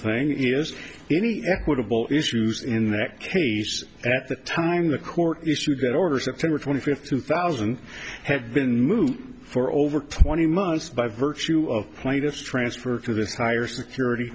thing is any equitable issues in that case at the time the court issued orders september twenty fifth two thousand have been moved for over twenty months by virtue of platers transfer to this higher security